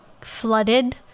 flooded